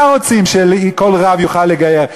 מה, רוצים שכל רב יוכל לגייר?